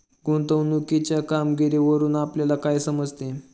गुंतवणुकीच्या कामगिरीवरून आपल्याला काय समजते?